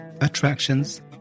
attractions